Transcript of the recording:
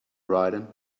writing